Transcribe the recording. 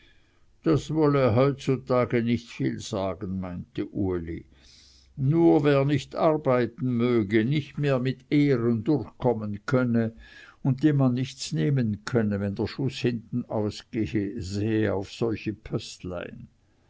das wolle heutzutage nicht viel sagen meinte uli nur wer nicht arbeiten möge nicht mehr mit ehren durchkommen könne und dem man nichts nehmen könne wenn der schuß hintenaus gehe sehe auf solche